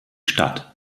stadt